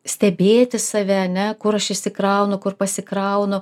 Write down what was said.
stebėti save ane kur aš išsikraunu kur pasikraunu